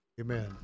Amen